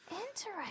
Interesting